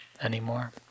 anymore